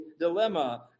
dilemma